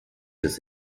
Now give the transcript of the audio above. des